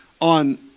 on